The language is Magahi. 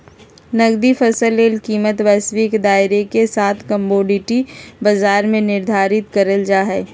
नकदी फसल ले कीमतवैश्विक दायरेके साथकमोडिटी बाजार में निर्धारित करल जा हइ